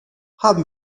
haben